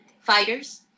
fighters